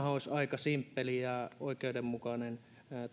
olisi aika simppeli ja oikeudenmukainen